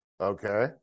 Okay